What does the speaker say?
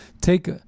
take